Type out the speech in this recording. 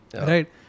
Right